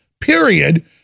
period